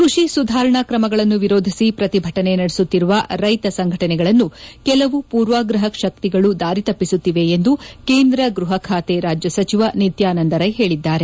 ಕೃಷಿ ಸುಧಾರಣಾ ಕ್ರಮಗಳನ್ನು ವಿರೋಧಿಸಿ ಪ್ರತಿಭಟನೆ ನಡೆಸುತ್ತಿರುವ ರೈತ ಸಂಘಟನೆಗಳನ್ನು ಕೆಲವು ಪೂರ್ವಾಗ್ರಹ ಶಕ್ತಿಗಳು ದಾರಿ ತಪ್ಪಿಸುತ್ತಿವೆ ಎಂದು ಕೇಂದ್ರ ಗೃಹ ಖಾತೆ ರಾಜ್ಯ ಸಚಿವ ನಿತ್ವಾನಂದ ರೈ ಹೇಳಿದ್ದಾರೆ